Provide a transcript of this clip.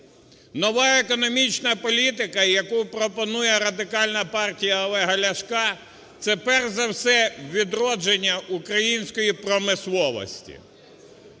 Нова економічна політика, яку пропонує Радикальна партія Олега Ляшка, - це перш за все відродження української промисловості.